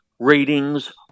ratings